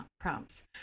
prompts